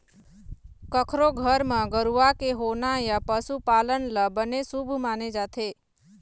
कखरो घर म गरूवा के होना या पशु पालन ल बने शुभ माने जाथे